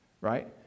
right